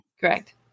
Correct